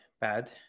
bad